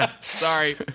Sorry